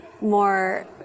more